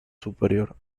superior